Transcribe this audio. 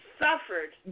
suffered